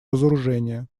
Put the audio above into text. разоружения